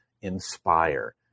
inspire